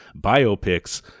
biopics